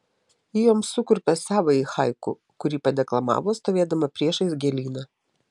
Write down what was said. ji joms sukurpė savąjį haiku kurį padeklamavo stovėdama priešais gėlyną